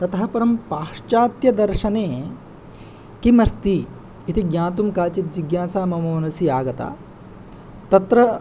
ततः परं पाश्चात्यदर्शने किम् अस्ति इति ज्ञातुं काचिज्जिज्ञासा मम मनसि आगता तत्र